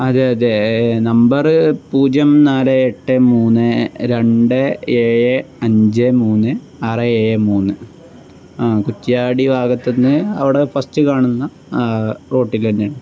അതെ അതെ നമ്പറ് പൂജ്യം നാല് എട്ട് മൂന്ന് രണ്ട് ഏഴ് അഞ്ച് മൂന്ന് ആറ് ഏഴ് മൂന്ന് ആ കുറ്റ്യാടി ഭാഗത്തു നിന്ന് അവിടെ ഫസ്റ്റ് കാണുന്ന റോഡിൽ തന്നെയാണ്